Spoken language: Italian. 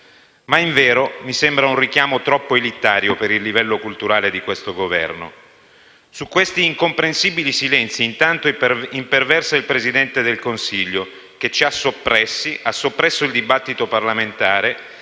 Ma, invero, mi sembra un richiamo troppo elitario per il livello culturale di questo Governo. Su questi incomprensibili silenzi intanto imperversa il Presidente del Consiglio, che ci ha soppressi, ha soppresso il dibattito parlamentare